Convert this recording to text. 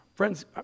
friends